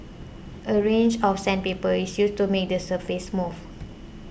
a range of sandpaper is used to make the surface smooth